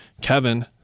Kevin